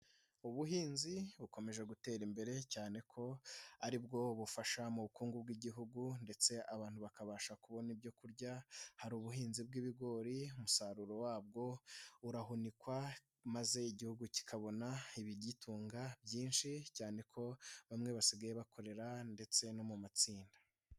Ubuhinzi bukomeje gutera imbere cyane ko aribwo bufasha mu bukungu bw'igihugu ndetse abantu bakabasha kubona ibyo kurya hari ubuhinzi bw'ibigori, umusaruro wabwo urahunikwa maze igihugu kikabona ibigitunga byinshi, cyane ko bamwe basigaye bakorera ndetse no mu matsinda.